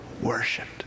Worshipped